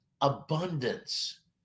abundance